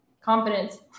Confidence